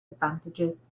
advantages